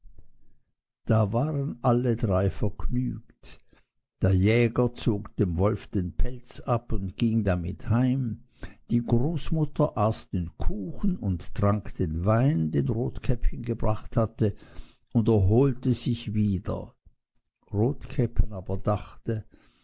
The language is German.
da waren alle drei vergnügt der jäger zog dem wolf den pelz ab und ging damit heim die großmutter aß den kuchen und trank den wein den rotkäppchen gebracht hatte und erholte sich wieder rotkäppchen aber dachte